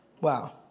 Wow